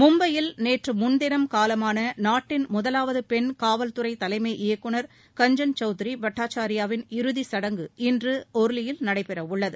மும்பையில் நேற்று முன்தினம் காலமான நாட்டின் முதவாவது பெண் காவல் துறை தலைமை இயக்குநா கஞ்சன் சவுத்ரி பட்டாச்சாரியாவின் இறுதி சடங்கு இன்று ஒர்லியில் நடைபெற உள்ளது